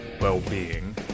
well-being